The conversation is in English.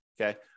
okay